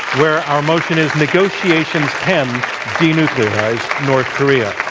where our motion is negotiations can denuclearize north korea.